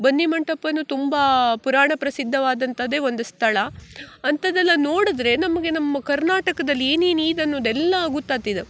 ಬನ್ನಿಮಂಟಪವೂ ತುಂಬ ಪುರಾಣ ಪ್ರಸಿದ್ಧವಾದಂಥದ್ದೇ ಒಂದು ಸ್ಥಳ ಅಂಥದ್ದೆಲ್ಲ ನೋಡಿದ್ರೆ ನಮಗೆ ನಮ್ಮ ಕರ್ನಾಟಕದಲ್ಲಿ ಏನೇನು ಈದ್ ಅನ್ನುವುದೆಲ್ಲ ಗುತ್ತಾತದ್